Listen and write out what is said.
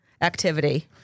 activity